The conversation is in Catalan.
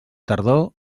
tardor